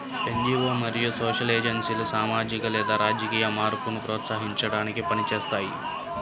NGO మరియు social ఏజెన్సీలు సామాజిక లేదా రాజకీయ మార్పును ప్రోత్సహించడానికి పని చేస్తాయి